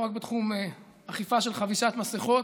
לא רק בתחום האכיפה של חבישת מסכות,